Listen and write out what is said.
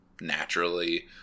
naturally